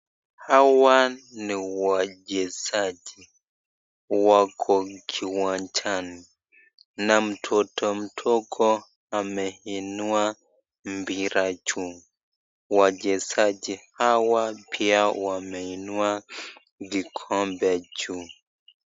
Hawa ni wachezaji, wako kiwanjani na mtoto mdogo ameinua mpira, wachezaji hawa pia wameinua vikombe juu.